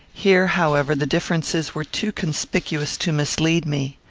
here, however, the differences were too conspicuous to mislead me.